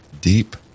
deep